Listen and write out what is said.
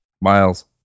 Miles